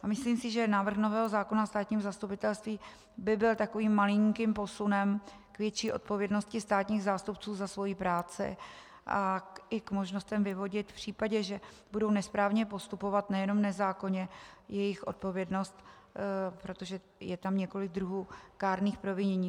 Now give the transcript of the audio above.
Myslím si, že návrh nového zákona o státním zastupitelství by byl takovým malinkým posunem k větší odpovědnosti státních zástupců za svoji práci a i k možnostem vyvodit v případě, že budou nesprávně postupovat, nejenom nezákonně, jejich odpovědnost, protože je tam několik druhů kárných provinění.